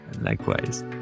Likewise